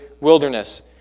wilderness